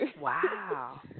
Wow